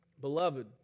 Beloved